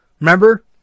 Remember